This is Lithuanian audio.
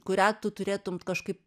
kurią tu turėtum kažkaip